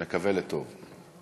נקווה לטוב.